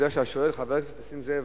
חבר הכנסת נסים זאב,